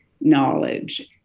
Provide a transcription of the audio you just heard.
knowledge